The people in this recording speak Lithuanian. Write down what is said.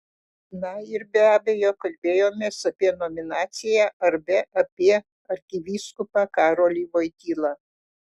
na ir be abejo kalbėjomės apie nominaciją arba apie arkivyskupą karolį voitylą